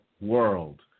world